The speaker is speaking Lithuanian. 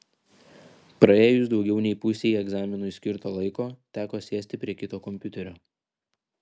praėjus daugiau nei pusei egzaminui skirto laiko teko sėsti prie kito kompiuterio